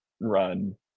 run